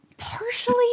Partially